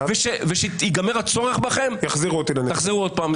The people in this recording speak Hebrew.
שייגמר הצורך בכם, תחזרו שוב לנפטלין.